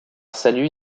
salut